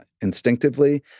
instinctively